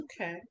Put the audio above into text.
Okay